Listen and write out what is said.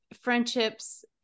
friendships